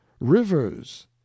rivers